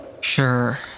Sure